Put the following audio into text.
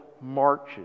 marches